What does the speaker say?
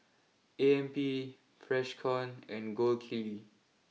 A M P Freshkon and Gold Kili